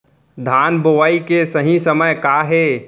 धान बोआई के सही समय का हे?